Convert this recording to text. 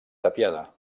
tapiada